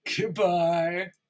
Goodbye